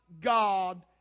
God